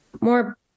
more